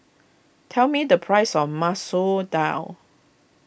tell me the price of Masoor Dal